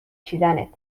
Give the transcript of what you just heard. چیدنت